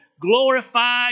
glorify